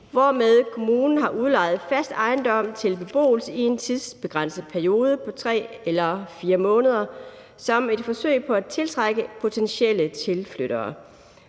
hvormed kommunen har udlejet fast ejendom til beboelse i en tidsbegrænset periode på 3 eller 4 måneder som et forsøg på at tiltrække potentielle tilflyttere.